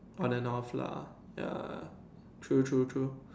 on and off lah ya true true true